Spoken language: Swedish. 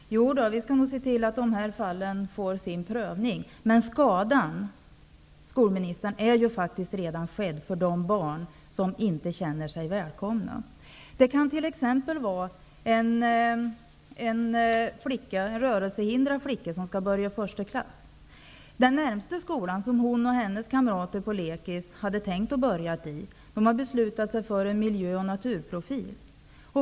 Herr talman! Jo, vi skall nog se till att dessa fall får sin prövning. Men, skolministern, skadan är faktiskt redan skedd för de barn som inte känner sig välkomna. Det kan t.ex. röra sig om en rörelsehindrad flicka som skall börja i första klass. Den skola som ligger närmast och som flickan och hennes kamrater på lekis hade tänkt börja i, har beslutat sig för en miljö och naturprofil.